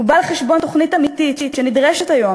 הוא בא על חשבון תוכנית אמיתית שנדרשת היום